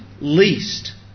least